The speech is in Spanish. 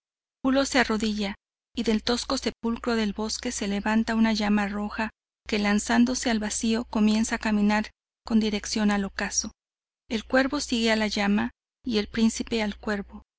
pulo se arrodilla y del tosco sepulcro del bosque se levanta una llama roja que lanzándose al vacío comienza a caminar con dirección al ocaso el curvo sigue a la llama y el príncipe al cuervo